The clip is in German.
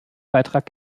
beitrag